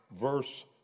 verse